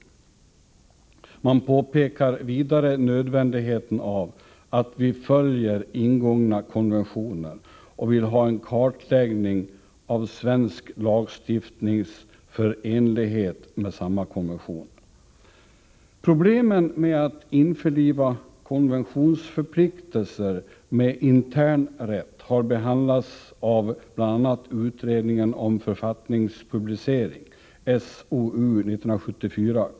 Vidare pekar man på nödvändigheten av att vi följer ingångna konventioner, och man vill ha en kartläggning av svensk lagstiftnings förenlighet med samma konventioner. Problemen med att införliva konventionsförpliktelser med intern rätt har behandlats av bl.a. utredningen om författningspublicering .